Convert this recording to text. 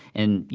and, you